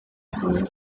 soil